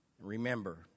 remember